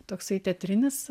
toksai teatrinis